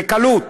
בקלות,